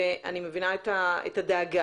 ואני מבינה את הדאגה.